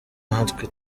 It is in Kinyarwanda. natwe